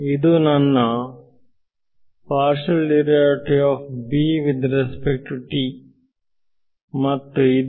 ಇದು ನನ್ನ ಮತ್ತು ಇದು